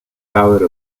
power